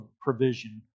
provision